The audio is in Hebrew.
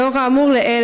לאור האמור לעיל,